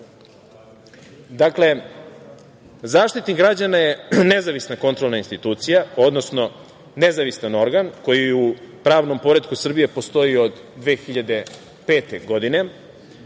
građana, Zaštitnik građana je nezavisna kontrolna institucija, odnosno nezavistan organ koji u pravnom poretku Srbije postoji od 2005. godine,